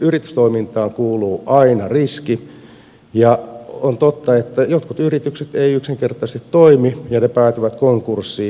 yritystoimintaan kuuluu aina riski ja on totta että jotkut yritykset eivät yksinkertaisesti toimi ja ne päätyvät konkurssiin